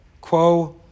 quo